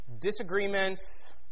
disagreements